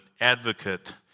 advocate